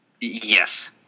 Yes